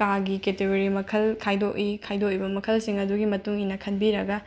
ꯀꯥꯒꯤ ꯀꯦꯇꯒꯣꯔꯤ ꯃꯈꯜ ꯈꯥꯏꯗꯣꯛꯏ ꯈꯥꯏꯈꯣꯛꯏꯕ ꯃꯈꯜꯁꯤꯡ ꯑꯗꯨꯒꯤ ꯃꯇꯨꯡ ꯏꯟꯅ ꯈꯟꯕꯤꯔꯒ